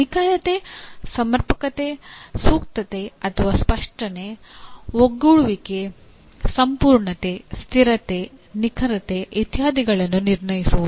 ನಿಖರತೆ ಸಮರ್ಪಕತೆ ಸೂಕ್ತತೆ ಅಥವಾ ಸ್ಪಷ್ಟತೆ ಒಗ್ಗೂಡಿಸುವಿಕೆ ಸಂಪೂರ್ಣತೆ ಸ್ಥಿರತೆ ನಿಖರತೆ ಇತ್ಯಾದಿಗಳನ್ನು ನಿರ್ಣಯಿಸುವುದು